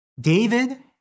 David